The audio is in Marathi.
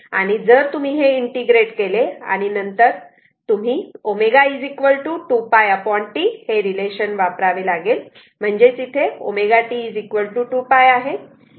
आणि जर तुम्ही हे इंटिग्रेट केले त्यानंतर तुम्हाला ω 2 𝝅 T हे रिलेशनशिप वापरावे लागेल म्हणजेच ω T 2 𝝅 आहे